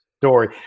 story